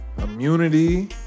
Immunity